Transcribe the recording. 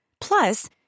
Plus